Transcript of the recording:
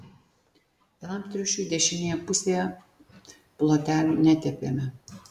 vienam triušiui dešinėje pusėje plotelių netepėme